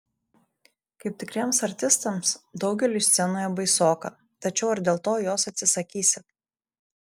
kaip tikriems artistams daugeliui scenoje baisoka tačiau ar dėl to jos atsisakysi